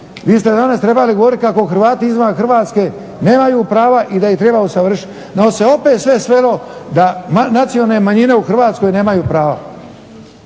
vi ste danas trebali govoriti kako Hrvati izvan Hrvatske nemaju prava i da ih treba usavršiti. No se opet sve svelo da nacionalne manjine u Hrvatskoj nemaju prava.